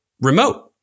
remote